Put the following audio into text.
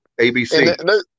ABC